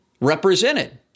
represented